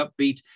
upbeat